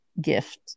gift